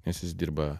nes jis dirba